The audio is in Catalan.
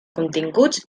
continguts